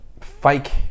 fake